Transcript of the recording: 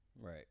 Right